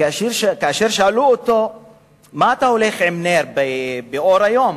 כאשר שאלו אותו מדוע הוא הולך עם נר לאור היום,